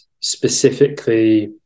specifically